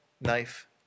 knife